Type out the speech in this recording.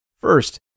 First